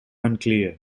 unclear